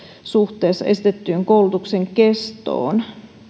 suhteessa esitettyyn koulutuksen kestoon